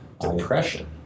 Depression